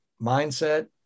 mindset